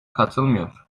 katılmıyor